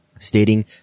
stating